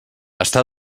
està